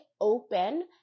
open